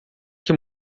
que